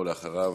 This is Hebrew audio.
ואחריו,